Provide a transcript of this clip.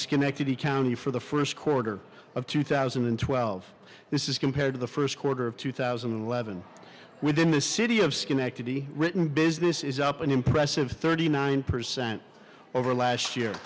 schenectady county for the first quarter of two thousand and twelve this is compared to the first quarter of two thousand and eleven within the city of schenectady written business is up an impressive thirty nine percent over last year